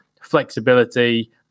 flexibility